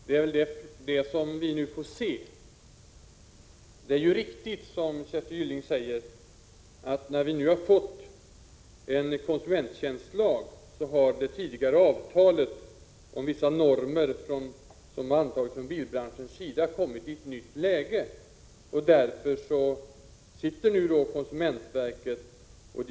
Herr talman! Det är det vi nu får se. Det är riktigt, som Kersti Gylling säger, att när vi nu har fått en konsumenttjänstlag har det tidigare avtalet om vissa normer, som hade antagits från bilbranschens sida, kommit att få mindre betydelse än tidigare. Därför sitter nu företrädare för konsumentverket och.